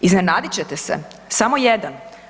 Iznenadit ćete se, samo jedan.